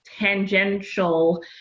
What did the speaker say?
tangential